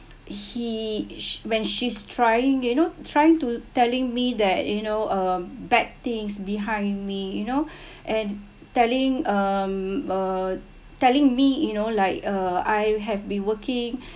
he sh~ when she's trying you know trying to telling me that you know um bad things behind me you know and telling um uh telling me you know like uh I have been working